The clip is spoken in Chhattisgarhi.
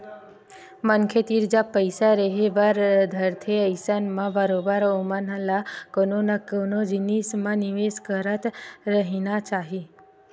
मनखे तीर जब पइसा रेहे बर धरथे अइसन म बरोबर ओमन ल कोनो न कोनो जिनिस म निवेस करत रहिना चाही